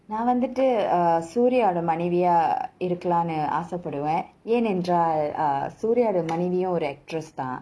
நா வந்துட்டு:naa vanthuttu uh suria ஓட மனைவியா இருக்கலாம்னு ஆச படுவேன் ஏனென்றால்:oda manaiviyaa irukkalaamnu asa paduvaen yaenendraal uh suria ஓட மனைவியும் ஒரு:manaiviyum oru actress தான்:thaan